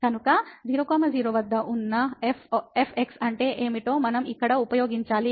కాబట్టి 00 వద్ద ఉన్న fx అంటే ఏమిటో మనం ఇక్కడ ఉపయోగించాలి